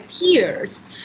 peers